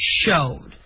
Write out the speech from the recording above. showed